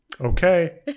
okay